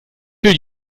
will